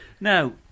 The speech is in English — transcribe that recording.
Now